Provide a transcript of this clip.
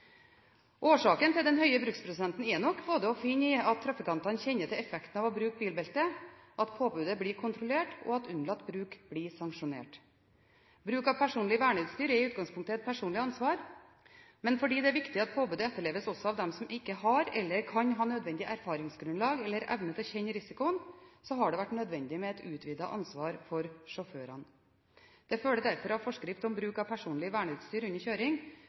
Årsaken til den høye bruksprosenten er nok å finne i både at trafikantene kjenner til effekten av å bruke bilbelte, at påbudet blir kontrollert, og at unnlatt bruk blir sanksjonert. Bruk av personlig verneutstyr er i utgangspunktet et personlig ansvar, men fordi det er viktig at påbudet etterleves også av dem som ikke har eller kan ha nødvendig erfaringsgrunnlag eller evne til å kjenne risikoen, har det vært nødvendig med et utvidet ansvar for sjåførene. Det følger derfor av forskrift om bruk av personlig verneutstyr under kjøring